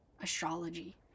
astrology